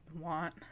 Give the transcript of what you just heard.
want